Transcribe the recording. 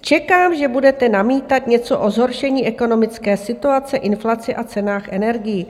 Čekám, že budete namítat něco o zhoršení ekonomické situace, inflaci a cenách energií.